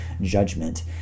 judgment